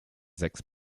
sechs